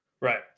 Right